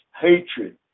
hatred